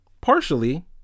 Partially